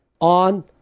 on